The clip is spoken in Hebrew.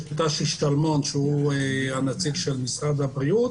יש את נציג משרד הבריאות